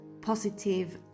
positive